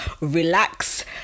relax